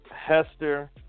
Hester